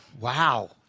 wow